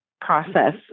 process